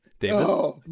David